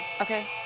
okay